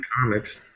comics